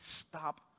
stop